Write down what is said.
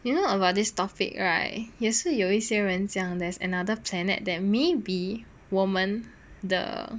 you know about this topic right 也是有一些人讲 there's another planet that may be 我们 the